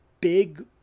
big